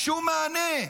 שום מענה.